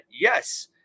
Yes